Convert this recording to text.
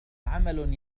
عمل